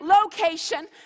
location